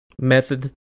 method